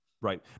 Right